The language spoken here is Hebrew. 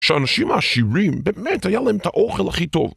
שהאנשים העשירים, באמת היה להם את האוכל הכי טוב